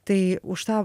tai už tą